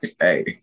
Hey